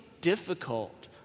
difficult